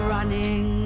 Running